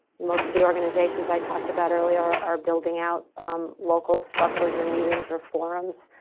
most of the organizations i talked about earlier are building out local structures or meetings or forums.